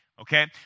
Okay